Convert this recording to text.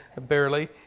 barely